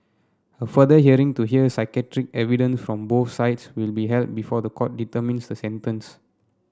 a further hearing to hear psychiatric evidence from both sides will be held before the court determines the sentence